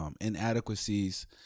inadequacies